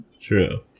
True